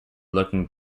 looking